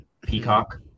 peacock